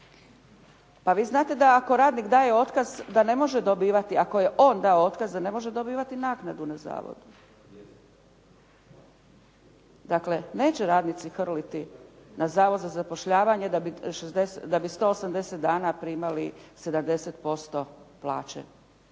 dobivati, ako je on dao otkaz, da ne može dobivati naknadu na zavodu. Dakle, neće radnici hrliti na zavod za zapošljavanje da bi 180 dana primali 70% plaće